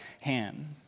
hand